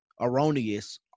erroneous